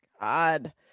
God